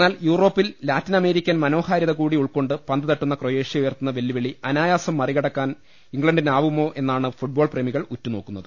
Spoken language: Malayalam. എന്നാൽ യൂറോപ്പിൽ ലാറ്റിനമേരിക്കൻ മനോഹാരിത കൂടി ഉൾക്കൊണ്ട് പന്ത് തട്ടുന്ന ക്രൊയേഷ്യ ഉയർത്തുന്ന വെല്ലു വിളി അനായാസം മറികടക്കാൻ ഇംഗ്ലണ്ടിനാവുമോ എന്നാണ് ഫുട്ബോൾ പ്രേമികൾ ഉറ്റുനോക്കുന്നത്